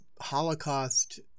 Holocaust